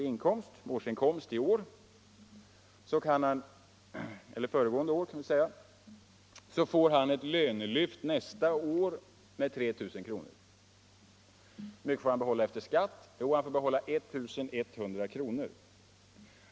i inkomst och som nästa år får ett lönelyft med 3 000 kr. — hur mycket av lönelyftet får han då behålla efter skatt? Jo, han får behålla 1 100 kr.